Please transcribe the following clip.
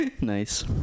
Nice